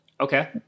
Okay